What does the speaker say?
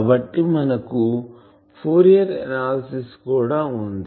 కాబట్టి మనకు Fourier analysis కూడా ఉంది